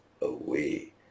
away